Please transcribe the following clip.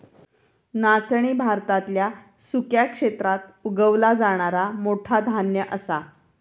नाचणी भारतातल्या सुक्या क्षेत्रात उगवला जाणारा मोठा धान्य असा